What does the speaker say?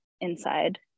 inside